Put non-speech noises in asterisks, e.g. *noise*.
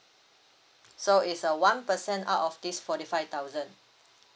*noise* so is a one percent out of this forty five thousand